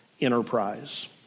enterprise